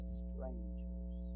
strangers